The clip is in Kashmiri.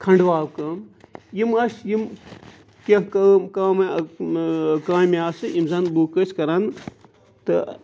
کھَنٛڈٕواو کٲم یِم ٲس یِم کینٛہہ کٲم کٲمہٕ کامہِ آسہٕ یِم زَن لُکھ ٲسۍ کَران تہٕ